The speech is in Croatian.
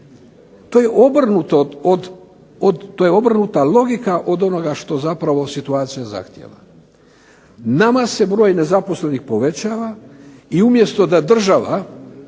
To je obrnuta logika od onoga što zapravo situacija zahtjeva. Nama se broj nezaposlenih povećava i umjesto da država